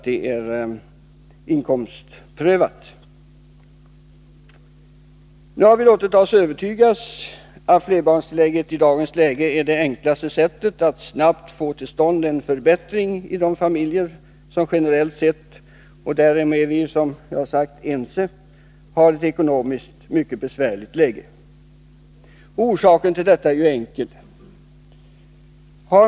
Nu har vi emellertid låtit oss övertygas om att ett flerbarnstillägg är det enklaste sättet att snabbt få till stånd en förbättring för de barnfamiljer — därom är vi överens — som befinner sig i ett ekonomiskt mycket besvärligt läge. Orsaken till detta är enkel.